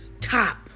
top